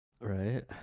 Right